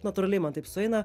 natūraliai man taip sueina